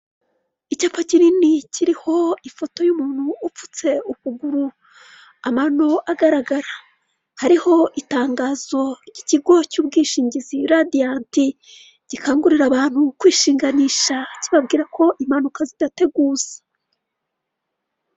Icyapa kinini kiriho ifoto y'umuntu upfutse ukuguru amano agaragara. Hariho itangazo ry'ikigo cy'ubwishingizi Radiyanti. Gikangurira abantu kwishinganisha kibabwira ko impanuka zidateguza.